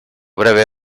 breve